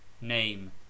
name